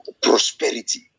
Prosperity